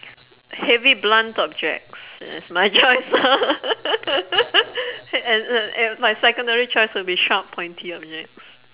heavy blunt objects is my choice and and my secondary choice would be sharp pointy objects